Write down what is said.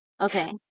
okay